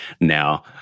Now